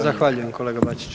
Zahvaljujem kolega Bačić.